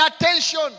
attention